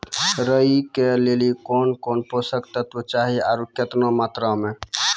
राई के लिए कौन कौन पोसक तत्व चाहिए आरु केतना मात्रा मे?